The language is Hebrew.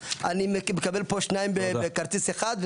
אז אני מקבל פה שניים בכרטיס אחד,